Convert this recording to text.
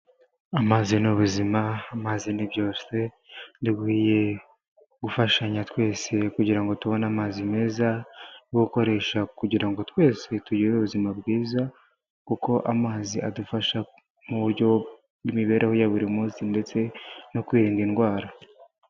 Amazi ni ubuzima, amazi ni byose, dukwiye gufashanya twese kugira ngo tubone amazi meza, yo gukoresha kugira ngo twese tugire ubuzima bwiza kuko amazi adufasha mu buryo bw'imibereho ya buri munsi ndetse no kwirinda indwara.